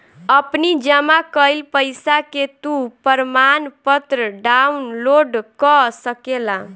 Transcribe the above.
अपनी जमा कईल पईसा के तू प्रमाणपत्र डाउनलोड कअ सकेला